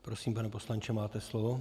Prosím, pane poslanče, máte slovo.